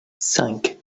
cinq